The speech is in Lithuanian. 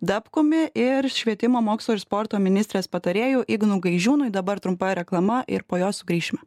dapkumi ir švietimo mokslo ir sporto ministrės patarėju ignu gaižiūnu dabar trumpa reklama ir po jos sugrįšime